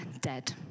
dead